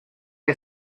que